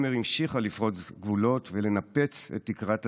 עומר המשיכה לפרוץ גבולות ולנפץ את תקרת הזכוכית.